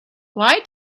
why